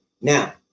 Now